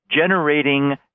generating